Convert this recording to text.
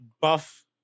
buff